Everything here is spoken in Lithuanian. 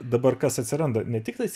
dabar kas atsiranda ne tiktais